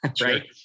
right